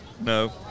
No